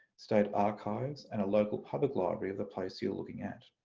state archives and a local public library of the place you're looking at.